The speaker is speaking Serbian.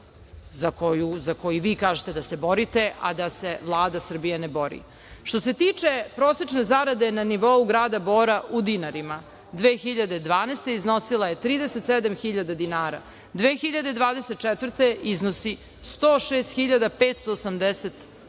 za koje vi kažete da se borite, a da se Vlada Srbije ne bori. Što se tiče prosečne zarade na nivou Grada Bora u dinarima, 2012. godine iznosila je 37.000 dinara, 2024. godine iznosi 106.589 dinara.